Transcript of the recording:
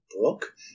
book